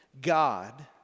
God